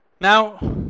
Now